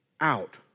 out